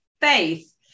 faith